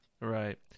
Right